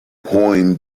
poem